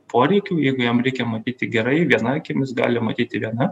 poreikių jeigu jam reikia matyti gerai viena akim gali matyti viena